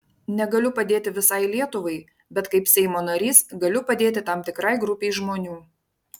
negaliu padėti visai lietuvai bet kaip seimo narys galiu padėti tam tikrai grupei žmonių